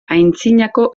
antzinako